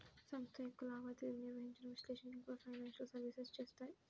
సంస్థ యొక్క లావాదేవీలను నిర్వహించడం, విశ్లేషించడం కూడా ఫైనాన్షియల్ సర్వీసెస్ చేత్తాయి